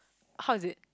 how is it